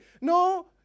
No